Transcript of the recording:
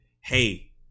hey